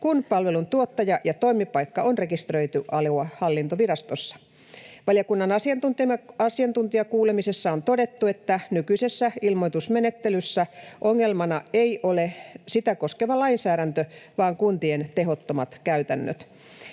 kun palveluntuottaja ja toimipaikka on rekisteröity aluehallintovirastossa. Valiokunnan asiantuntijakuulemisessa on todettu, että nykyisessä ilmoitusmenettelyssä ongelmana ei ole sitä koskeva lainsäädäntö vaan kuntien tehottomat käytännöt.